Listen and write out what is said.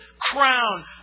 crown